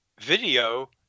Video